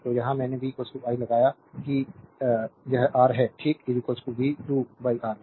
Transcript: तो यहां मैंने v i लगाया कि eans यह R है ठीक v2 R